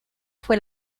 fue